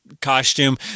Costume